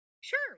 Sure